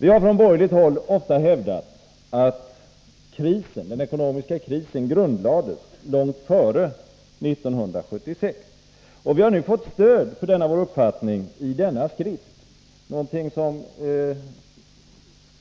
Vi har från borgerligt håll ofta hävdat att den ekonomiska krisen grundlades långt före år 1976, och vi har nu fått stöd för vår uppfattning i en skrift som